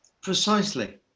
Precisely